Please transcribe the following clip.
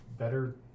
Better